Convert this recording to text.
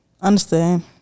Understand